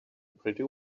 pretty